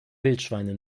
wildschweine